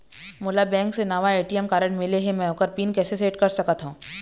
मोला बैंक से नावा ए.टी.एम कारड मिले हे, म ओकर पिन कैसे सेट कर सकत हव?